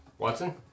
Watson